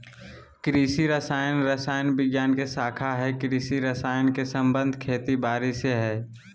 कृषि रसायन रसायन विज्ञान के शाखा हई कृषि रसायन के संबंध खेती बारी से हई